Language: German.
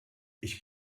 ich